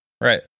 right